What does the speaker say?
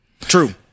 true